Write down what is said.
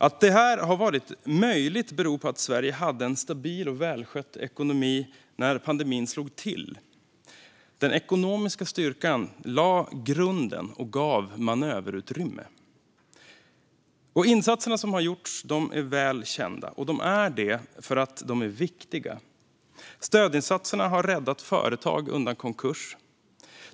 Att det här har varit möjligt beror på att Sverige hade en stabil och välskött ekonomi när pandemin slog till. Den ekonomiska styrkan lade grunden och gav manöverutrymme. Insatserna som har gjorts är väl kända, och de är det därför att de varit viktiga. Stödinsatserna har räddat företag undan konkurs.